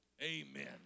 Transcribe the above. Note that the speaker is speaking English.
Amen